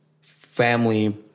family